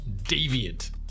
deviant